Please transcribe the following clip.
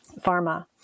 Pharma